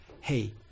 hey